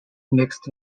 mixed